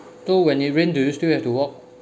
so when it rain do you still have to walk